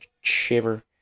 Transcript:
shiver